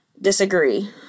disagree